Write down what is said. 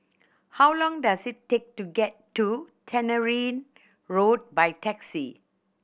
how long does it take to get to Tannery Road by taxi